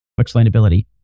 explainability